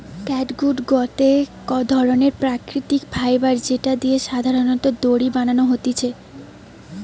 catgut গটে ধরণের প্রাকৃতিক ফাইবার যেটা দিয়ে সাধারণত দড়ি বানানো হতিছে